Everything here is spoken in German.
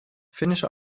finnische